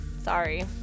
sorry